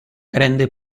rende